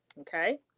Okay